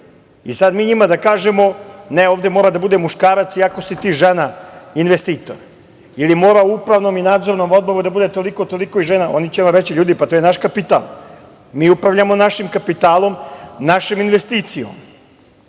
i sada mi njima da kažemo – ne, ovde mora da bude muškarac iako si ti žena investitor ili mora u upravnom i nadzornom odboru da bude toliko i toliko žena. Oni će reći – ljudi, pa to je naš kapital. Mi upravljamo našim kapitalom, našim investicijama.